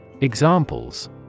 Examples